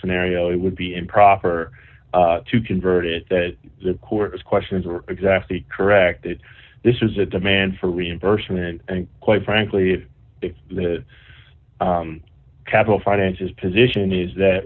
scenario it would be improper to convert it that the court has questions or exactly correct that this is a demand for reimbursement and quite frankly the capital finances position is that